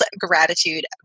gratitude